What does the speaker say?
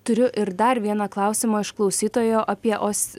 turiu ir dar vieną klausimą iš klausytojo apie os